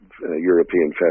European